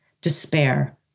despair